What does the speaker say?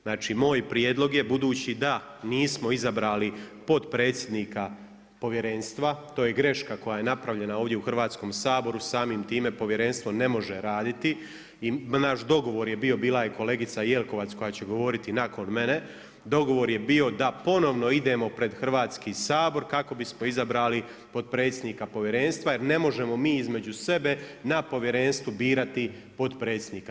Znači, moj prijedlog je, budući da nismo izabrali potpredsjednika Povjerenstva, to je greška koja je napravljena ovdje u Hrvatskom saboru, samim time Povjerenstvo ne može raditi i naš dogovor je bio, bila je kolega Jelkovac koja će govoriti nakon mene, dogovor je bio da ponovno idemo pred Hrvatski sabor kako bismo izabrali potpredsjednika Povjerenstva jer ne možemo između sebe na Povjerenstvu birati potpredsjednika.